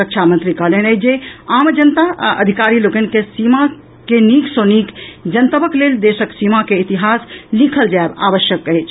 रक्षा मंत्री कहलनि अछि जे आम जनता आ अधिकारी लोकनि के सीमा के नीक सॅ नीक जनतबक लेल देशक सीमा के इतिहास लिखल जायब आवश्यकता अछि